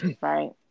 Right